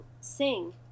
Sing